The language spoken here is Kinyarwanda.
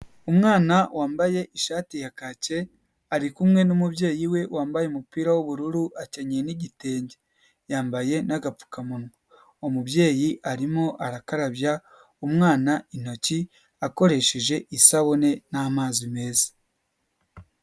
Umwana wambaye ishati ya kake, ari kumwe n'umubyeyi we wambaye umupira w'ubururu akenyeye n'igitenge, yambaye n'agapfukamunwa. Umubyeyi arimo arakarabya umwana intoki akoresheje isabune n'amazi meza.